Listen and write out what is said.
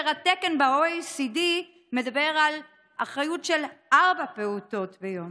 והתקן ב-OECD מדבר על אחריות לארבעה פעוטות ביום,